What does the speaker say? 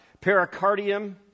pericardium